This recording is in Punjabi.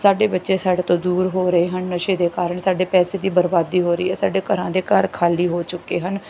ਸਾਡੇ ਬੱਚੇ ਸਾਡੇ ਤੋਂ ਦੂਰ ਹੋ ਰਹੇ ਹਨ ਨਸ਼ੇ ਦੇ ਕਾਰਨ ਸਾਡੇ ਪੈਸੇ ਦੀ ਬਰਬਾਦੀ ਹੋ ਰਹੀ ਹੈ ਸਾਡੇ ਘਰਾਂ ਦੇ ਘਰ ਖਾਲੀ ਹੋ ਚੁੱਕੇ ਹਨ